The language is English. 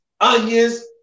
onions